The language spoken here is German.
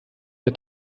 der